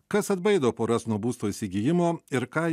kas atbaido poras nuo būsto įsigijimo ir ką